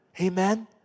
Amen